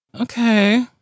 okay